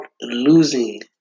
losing